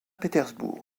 pétersbourg